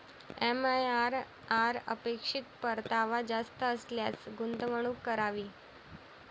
MIRR अपेक्षित परतावा जास्त असल्यास गुंतवणूक करावी